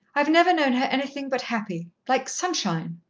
i've never known her anything but happy like sunshine.